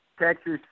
Texas